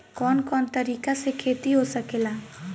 कवन कवन तरीका से खेती हो सकेला